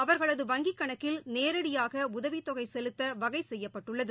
அவா்களது வங்கிக் கணக்கில் நேரடியாக உதவித்தொகை செலுத்த வகை செய்யப்பட்டுள்ளது